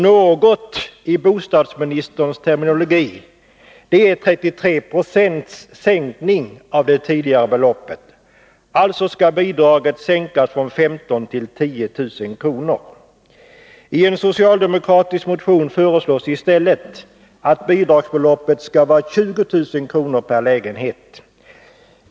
”Något” i bostadsministerns terminologi är 33 26 av det tidigare beloppet — alltså skall bidraget sänkas från 15 000 till 10 000 kr. I en socialdemokratisk motion föreslås i stället att bidragsbeloppet skall vara 20 000 kr. per lägenhet.